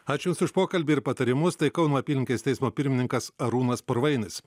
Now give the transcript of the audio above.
ačiū jums už pokalbį ir patarimus tai kauno apylinkės teismo pirmininkas arūnas purvainis